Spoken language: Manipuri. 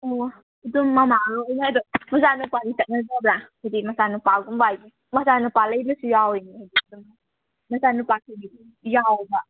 ꯑꯣ ꯑꯗꯨꯝ ꯃꯃꯥꯒ ꯎꯅꯥꯗꯧꯕ ꯃꯆꯥ ꯅꯨꯄꯥꯗꯤ ꯆꯠꯅꯗꯕ꯭ꯔꯥ ꯍꯥꯏꯗꯤ ꯃꯆꯥ ꯅꯨꯄꯥꯒꯨꯝꯕ ꯍꯥꯏꯗꯤ ꯃꯆꯥ ꯅꯨꯄꯥ ꯂꯩꯔꯁꯨ ꯌꯥꯎꯋꯤꯗꯅ ꯍꯥꯏꯗꯤ ꯑꯗꯨꯝ ꯃꯆꯥ ꯅꯨꯄꯥ ꯌꯥꯎꯕ